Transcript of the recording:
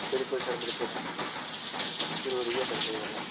बिलकुल सर बिलकुल ऐ जरूरी ऐ सर स्हेई गल्ल ऐ